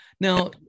now